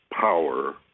power